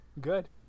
good